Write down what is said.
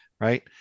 right